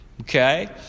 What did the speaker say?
Okay